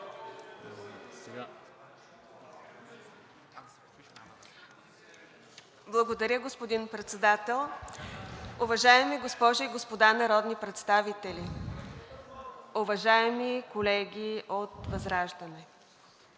Благодаря, господин Председател. Уважаеми госпожи и господа народни представители! Уважаеми колеги от ВЪЗРАЖДАНЕ,